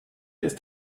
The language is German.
ist